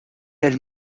elle